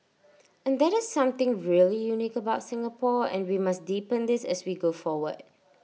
and that is something really unique about Singapore and we must deepen this as we go forward